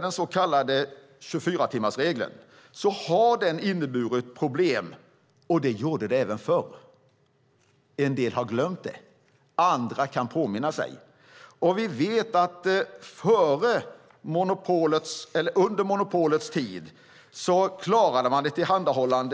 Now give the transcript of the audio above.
Den så kallade 24-timmarsregeln har inneburit problem, och det gjorde den även förr. En del har glömt det, andra kan påminna sig. Under monopolets tid klarade man att tillhandahålla